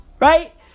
right